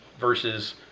versus